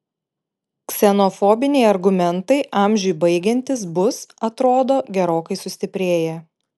ksenofobiniai argumentai amžiui baigiantis bus atrodo gerokai sustiprėję